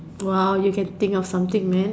!wow! you can think of something man